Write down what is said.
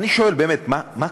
אני שואל באמת, מה קורה?